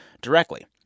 directly